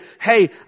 hey